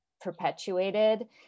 perpetuated